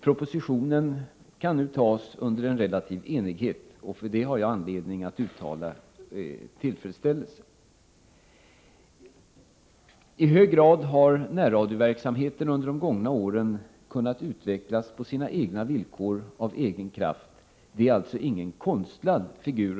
Propositionen kan nu antas under relativ enighet, och jag har anledning att uttala tillfredsställelse över det. Närradioverksamheten har under de gångna åren i hög grad kunnat utvecklas på sina egna villkor och av egen kraft. Det är alltså ingen konstlad figur.